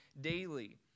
daily